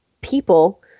people